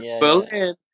Berlin